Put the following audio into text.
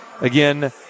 Again